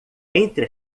entre